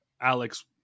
Alex